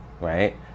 right